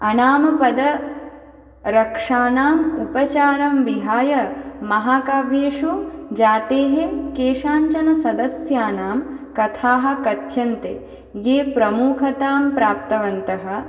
अनामपदरक्षाणाम् उपचारं विहाय महाकाव्येषु जातेः केषाञ्चन सदस्यानां कथाः कथ्यन्ते ये प्रमुखतां प्राप्तवन्तः